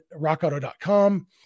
rockauto.com